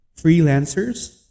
freelancers